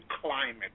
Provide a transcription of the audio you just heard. climate